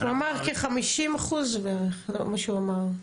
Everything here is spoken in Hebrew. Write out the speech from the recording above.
הוא אמר כ-50% בערך, זה מה שהוא אמר.